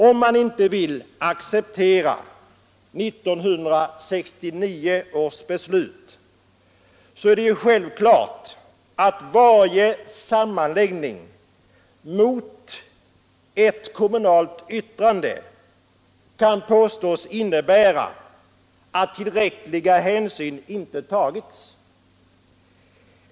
Om man inte vill acceptera 1969 års beslut, så är det självklart att varje sammanläggning mot ett kommunalt yttrande kan påstås innebära att tillräckliga hänsyn inte tagits.